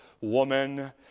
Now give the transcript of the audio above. woman